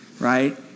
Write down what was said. Right